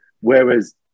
Whereas